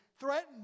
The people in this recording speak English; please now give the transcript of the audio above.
Threatened